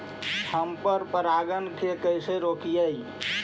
हम पर परागण के कैसे रोकिअई?